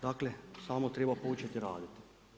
Dakle samo treba početi raditi.